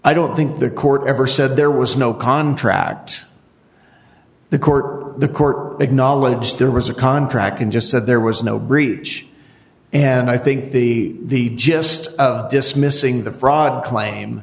i don't think the court ever said there was no contract the court the court acknowledged there was a contract and just said there was no breach and i think the gist of dismissing the fraud claim